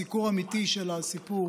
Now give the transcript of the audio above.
סיקור אמיתי של הסיפור